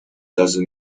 doesn’t